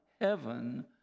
heaven